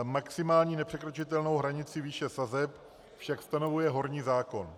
Maximální nepřekročitelnou hranici výše sazeb však stanovuje horní zákon.